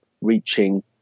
reaching